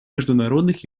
международных